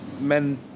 men